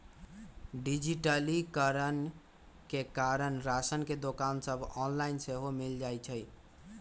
डिजिटलीकरण के कारण राशन के दोकान सभ ऑनलाइन सेहो मिल जाइ छइ